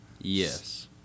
Yes